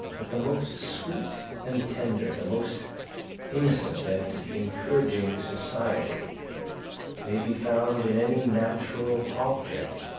that the most sweet and tender, the most innocent and encouraging society may be found in any natural object,